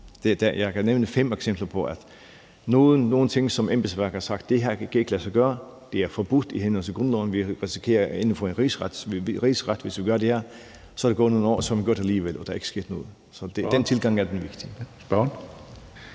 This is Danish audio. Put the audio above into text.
Jeg kan nævne fem eksempler, hvor embedsværket har sagt: Det her kan ikke lade sig gøre; det er forbudt i henhold til grundloven; vi risikerer at ende for en rigsret, hvis vi gør det her. Så er der gået nogle år, og så har man gjort det alligevel, og der er ikke sket noget ved det. Så den tilgang er den vigtige. Kl.